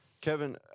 Kevin